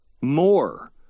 more